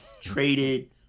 traded